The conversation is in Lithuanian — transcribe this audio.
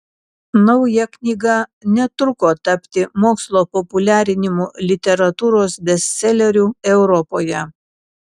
nauja knyga netruko tapti mokslo populiarinimo literatūros bestseleriu europoje